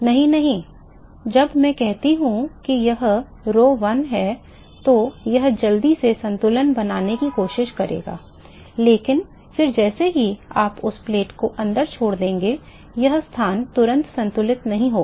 नहीं नहीं जब मैं कहता हूं कि यह rho 1 है तो यह जल्दी से संतुलन बनाने की कोशिश करेगा लेकिन फिर जैसे ही आप उस प्लेट को अंदर छोड़ देंगे हर स्थान तुरंत संतुलित नहीं होगा